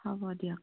হ'ব দিয়ক